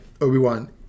obi-wan